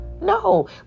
No